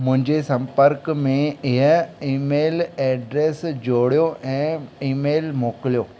मुंहिंजे संपर्क में हीअ ईमेल एड्रेस जोड़ियो ऐं ईमेल मोकिलियो